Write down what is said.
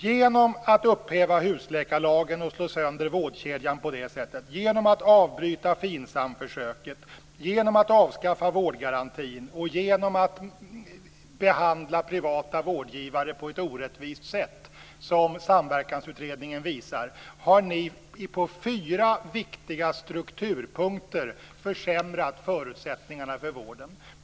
Genom att upphäva husläkarlagen och på så vis slå sönder vårdkedjan, genom att avbryta FINSAM försöket, genom att avskaffa vårdgarantin och genom att behandla privata vårdgivare på ett orättvist sätt, såsom Samverkansutredningen visar, har ni på fyra viktiga strukturpunkter försämrat förutsättningarna för vården.